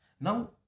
Now